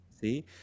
See